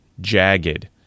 jagged